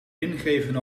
ingeven